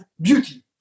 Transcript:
beauty